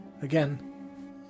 Again